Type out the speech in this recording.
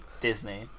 Disney